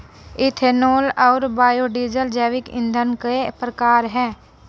ethanol और biodiesel जैविक ईंधन के प्रकार है